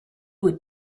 would